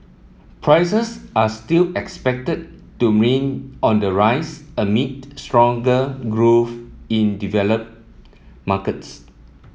prices are still expected to main on the rise amid stronger growth in developed markets